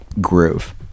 groove